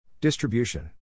Distribution